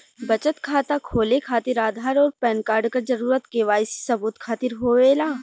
बचत खाता खोले खातिर आधार और पैनकार्ड क जरूरत के वाइ सी सबूत खातिर होवेला